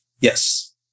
Yes